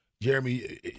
Jeremy